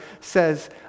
says